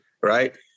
right